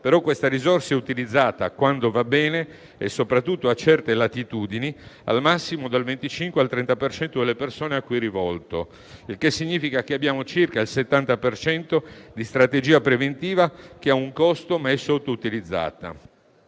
però questa risorsa è utilizzata - quando va bene e, soprattutto, a certe latitudini - al massimo dal 25 al 30 per cento delle persone alle quali è rivolto, il che significa che abbiamo circa il 70 per cento di strategia preventiva che ha un costo, ma è sottoutilizzata.